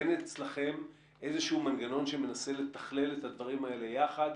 אין אצלכם איזשהו מנגנון שמנסה לתכלל את הדברים האלה יחד,